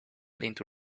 into